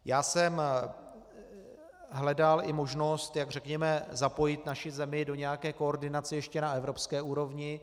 Já jsem hledal i možnost, jak řekněme zapojit naši zemi do nějaké koordinace ještě na evropské úrovni.